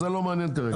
זה לא מעניין כרגע.